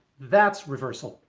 that's reversal.